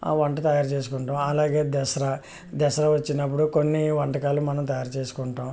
ఆ వంట తయారు చేసుకుంటాం అలాగే దసరా దసరా వచ్చినప్పుడు కొన్ని వంటకాలు మనం తయారు చేసుకుంటాం